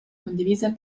condivisa